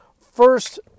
First